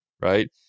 Right